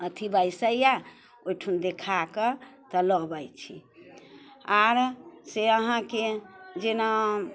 अथी बैसेये ओइठम देखाकऽ तऽ लबै छी आओर से अहाँके जेना